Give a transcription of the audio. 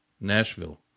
Nashville